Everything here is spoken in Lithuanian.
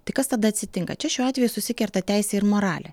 tai kas tada atsitinka čia šiuo atveju susikerta teisė ir moralė